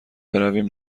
برویم